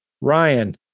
Ryan